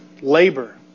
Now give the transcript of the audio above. labor